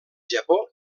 japó